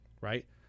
right